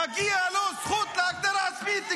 מגיעה לו זכות להגדרה עצמית.